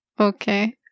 Okay